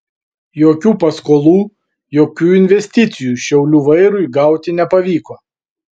jokių paskolų jokių investicijų šiaulių vairui gauti nepavyko